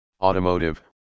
automotive